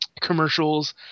commercials